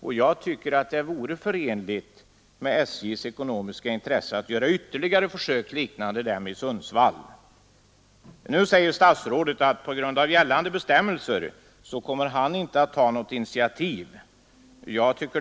Det vore enligt min mening förenligt med SJ:s ekonomiska intresse att göra ytterligare försök liknande dem som pågår i Sundsvall. Statsrådet säger att han på grund av gällande bestämmelser inte kommer att ta något initiativ till detta.